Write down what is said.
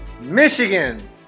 Michigan